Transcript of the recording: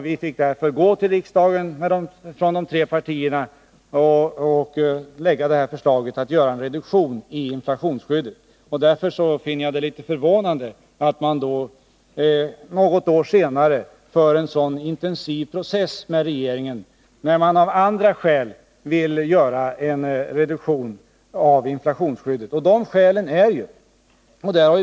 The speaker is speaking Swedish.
Vi fick därför från de tre partierna gå till riksdagen och lägga fram förslaget att göra en reduktion i inflationsskyddet. Därför finner jag det litet förvånande att moderaterna något år senare för en sådan intensiv process mot regeringen när man av andra skäl vill göra en reduktion av inflationsskyddet.